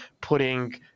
putting